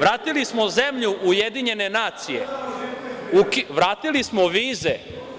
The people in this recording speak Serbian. vratili smo zemlju u Ujedinjene nacije, vratili smo vize.